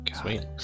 Sweet